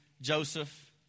Joseph